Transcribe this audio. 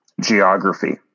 geography